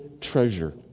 treasure